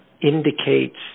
indicates